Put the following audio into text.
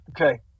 Okay